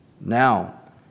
Now